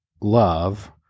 love